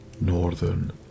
northern